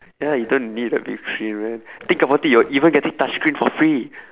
ya you don't need a big screen right think about it you're even getting touchscreen for free